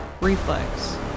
reflex